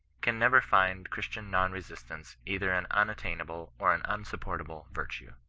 can never find christian non resistance either an unattainable or an unsupportable virtue.